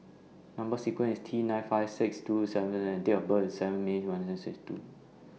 Number sequence IS T nine five six two seven and Date of birth IS seven May sixty two